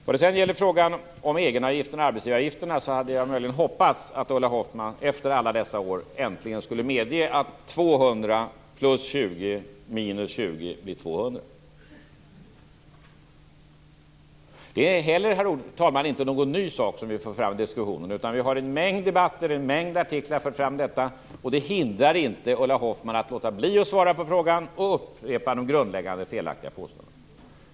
Vad sedan gäller frågan om egenavgiften och arbetsgivaravgifterna hade jag hoppats att Ulla Hoffmann efter alla dessa år äntligen skulle medge att 200 plus 20 minus 20 blir 200. Det är heller inte någon ny sak som vi för fram i diskussionen, herr talman. Vi har i en mängd debatter och i en mängd artiklar fört fram detta. Det hindrar inte Ulla Hoffmann från att låta bli att svara på frågan och att upprepa de grundläggande felaktiga påståendena.